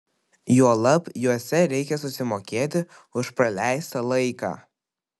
juolab juose reikia susimokėti už praleistą laiką